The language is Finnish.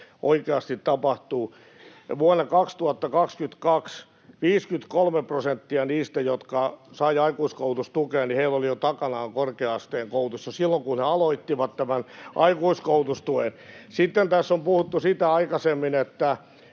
oikeasti tapahtuu. Vuonna 2022 oli niin, että 53 prosentilla niistä, jotka saivat aikuiskoulutustukea, oli takanaan korkea-asteen koulutusta jo silloin, kun he aloittivat tämän aikuiskoulutustuen. Sitten tässä on puhuttu aikaisemmin siitä,